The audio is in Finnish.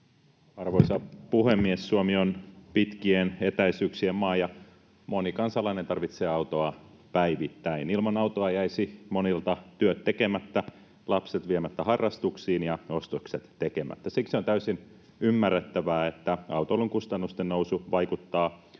Arvoisa puhemies! Suomi on pitkien etäisyyksien maa. Moni kansalainen tarvitsee autoa päivittäin. Ilman autoa jäisivät monilta työt tekemättä, lapset viemättä harrastuksiin ja ostokset tekemättä. Siksi on täysin ymmärrettävää, että autoilun kustannusten nousu vaikuttaa